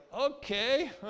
okay